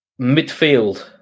Midfield